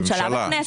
ממשלה.